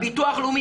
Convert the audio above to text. הביטוח הלאומי,